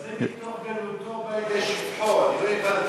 אבל זה, מתוך גנותו באים לשבחו, אני לא הבנתי.